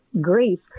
Grief